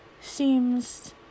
Seems